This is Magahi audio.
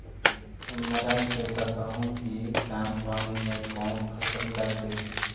हमरा के बताहु कि कम पानी में कौन फसल लग जैतइ?